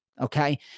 Okay